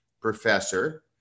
Professor